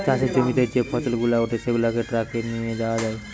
চাষের জমিতে যে ফসল গুলা উঠে সেগুলাকে ট্রাকে করে নিয়ে যায়